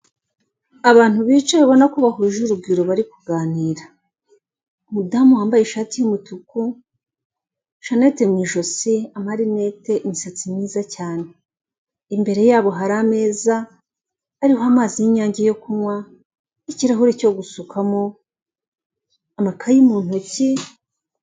Abantu bicaye ubona ko bahuje urugwiro bari kuganira. Umudamu wambaye ishati y'umutuku, shanete mu ijosi, amarinete, imisatsi myiza cyane. Imbere yabo hari ameza ariho amazi y'inyange yo kunywa, ikirahure cyo gusukamo, amakayi mu ntoki.